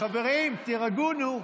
חברים, תירגעו, נו.